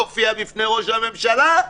אופיע בפני ראש הממשלה,